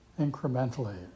incrementally